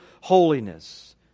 holiness